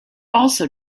also